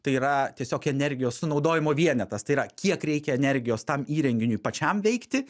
tai yra tiesiog energijos sunaudojimo vienetas tai yra kiek reikia energijos tam įrenginiui pačiam veikti